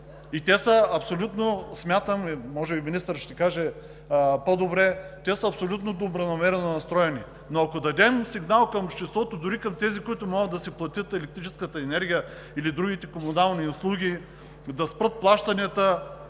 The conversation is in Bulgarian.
текстове. И те – може би министърът ще каже по-добре – са абсолютно добронамерено настроени, но ако дадем сигнал към обществото, дори към тези, които могат да си платят електрическата енергия или другите комунални услуги, да спрат плащанията,